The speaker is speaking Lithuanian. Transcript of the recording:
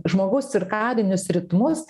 žmogaus cirkadinius ritmus